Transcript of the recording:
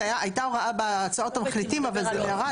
הייתה הוראה בהצעות המחליטים אבל זה ירד.